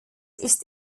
ist